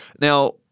Now